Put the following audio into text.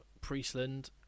Priestland